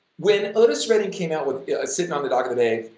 when otis redding came out with sittin' on the dock of the bay,